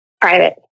Private